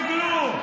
מתפרקים, תתרגלו.